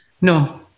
no